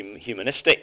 humanistic